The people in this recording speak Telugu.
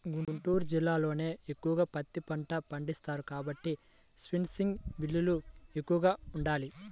గుంటూరు జిల్లాలోనే ఎక్కువగా పత్తి పంట పండిస్తారు కాబట్టి స్పిన్నింగ్ మిల్లులు ఎక్కువగా ఉండాలి